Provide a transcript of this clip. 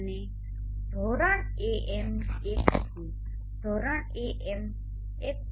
અને ધોરણ AM1 નથી ધોરણ AM1